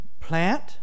plant